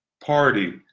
party